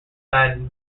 had